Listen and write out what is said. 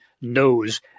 knows